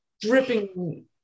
dripping